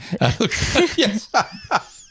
Yes